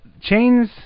Chains